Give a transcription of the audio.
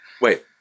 Wait